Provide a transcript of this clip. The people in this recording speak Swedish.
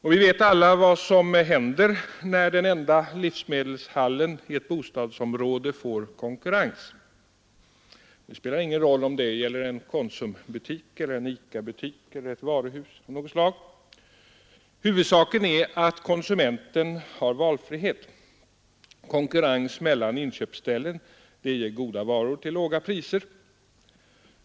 Vi vet också alla vad som händer när den enda livsmedelshallen i ett bostadsområde får konkurrens; det spelar ingen roll om det gäller en Konsumbutik, en ICA-butik eller ett varuhus av något slag. Huvudsaken är att konsumenten har valfrihet. Konkurrens mellan inköpsställen ger goda varor till låga priser.